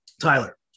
Tyler